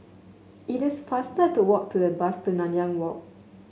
it is faster to walk to the bus to Nanyang Walk